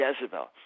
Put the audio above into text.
Jezebel